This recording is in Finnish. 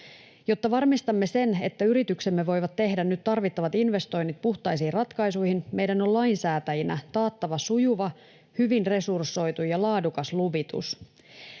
Jotta varmistamme sen, että yrityksemme voivat tehdä nyt tarvittavat investoinnit puhtaisiin ratkaisuihin, meidän on lainsäätäjinä taattava sujuva, hyvin resursoitu ja laadukas luvitus.